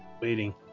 waiting